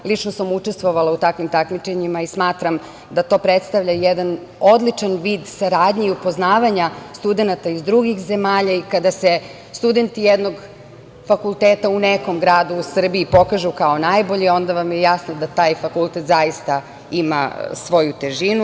Lično sam učestvovala u takvim takmičenjima i smatram da to predstavlja jedan odličan vid saradnje i upoznavanja studenata iz drugih zemalja i kada se studenti nekog fakulteta u Srbiji pokažu kao najbolji, onda vam je jasno da taj fakultet zaista ima svoju težinu.